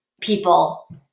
people